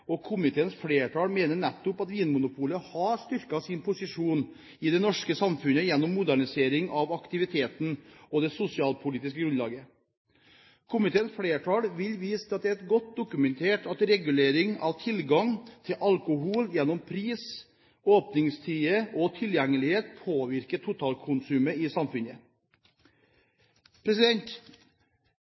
virksomhet. Komiteens flertall mener nettopp at Vinmonopolet har styrket sin posisjon i det norske samfunnet gjennom modernisering av aktiviteten og det sosialpolitiske grunnlaget. Komiteens flertall vil vise til at det er godt dokumentert at regulering av tilgang til alkohold gjennom pris, åpningstider og tilgjengelighet påvirker totalkonsumet i samfunnet.